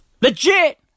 Legit